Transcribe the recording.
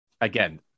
again